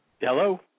Hello